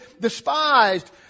despised